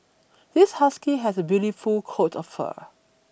this husky has a beautiful coat of fur